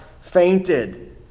fainted